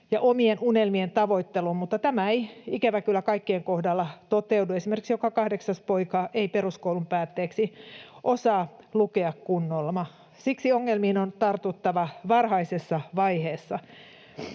ja omien unelmien tavoitteluun, mutta tämä ei ikävä kyllä kaikkien kohdalla toteudu. Esimerkiksi joka kahdeksas poika ei peruskoulun päätteeksi osaa lukea kunnolla. Siksi ongelmiin on tartuttava varhaisessa vaiheessa.